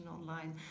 online